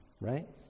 right